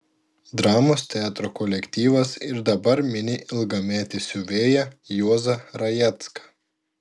dramos teatro kolektyvas ir dabar mini ilgametį siuvėją juozą rajecką